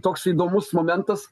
toks įdomus momentas